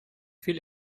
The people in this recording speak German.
viel